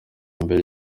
imbere